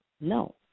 No